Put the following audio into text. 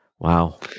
wow